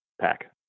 pack